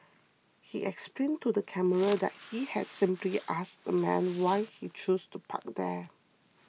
he explained to the camera that he had simply asked the man why he chose to park there